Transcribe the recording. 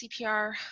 CPR